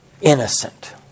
innocent